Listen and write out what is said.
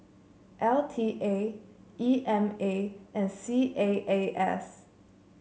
L T A E M A and C A A S